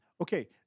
okay